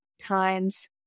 times